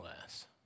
less